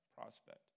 prospect